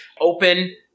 open